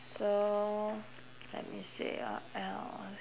so let me see what else